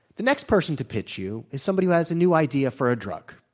the next person to pitch you is somebody who has a new idea for a drug,